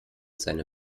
seine